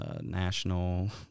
National